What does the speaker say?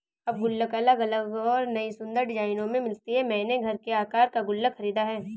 अब गुल्लक अलग अलग और नयी सुन्दर डिज़ाइनों में मिलते हैं मैंने घर के आकर का गुल्लक खरीदा है